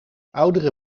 oudere